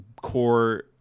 core